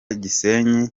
gisenyi